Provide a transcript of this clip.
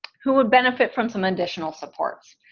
who would benefit from some additional supports,